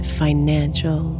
financial